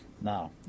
Now